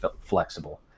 flexible